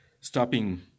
stopping